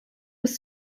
was